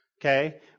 okay